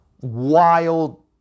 wild